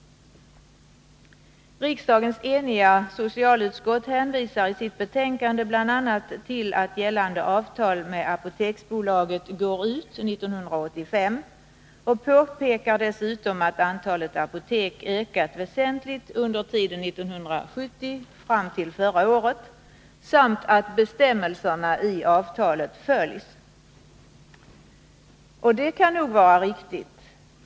Riksdagens eniga socialutskott hänvisar i sitt betänkande bl.a. till att gällande avtal med Apoteksbolaget går ut 1985 och påpekar dessutom att antalet apotek har ökat väsentligt under tiden 1970 till förra året samt att bestämmelserna i avtalet följs. Det kan nog vara riktigt.